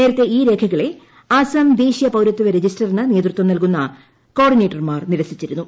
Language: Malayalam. നേരത്തേ ഈ രേഖകളെ ആസം ദേശീയ പൌരത്വ രജിസ്റ്ററിന് നേതൃത്വം നൽകുന്ന കോ ഓഡിനേറ്റർമാർ നിരസിച്ചിരുന്നു